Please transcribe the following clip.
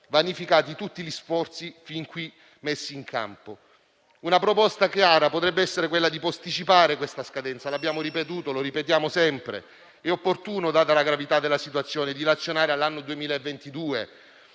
vanificati tutti gli sforzi fin qui messi in campo. Una proposta chiara potrebbe essere quella di posticipare tale scadenza; lo abbiamo ripetuto e lo ripetiamo sempre. È opportuno, data la gravità della situazione, dilazionare all'anno 2022